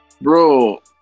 bro